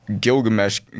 Gilgamesh